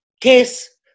case